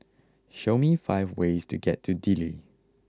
show me five ways to get to Dili